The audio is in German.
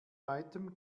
weitem